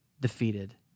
defeated